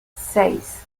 seis